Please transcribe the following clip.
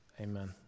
Amen